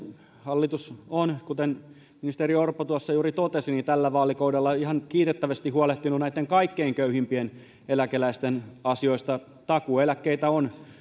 hallitus on kuten ministeri orpo juuri totesi tällä vaalikaudella ihan kiitettävästi huolehtinut kaikkein köyhimpien eläkeläisten asioista takuueläkkeitä on